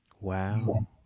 Wow